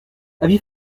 avis